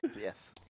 Yes